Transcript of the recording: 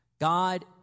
God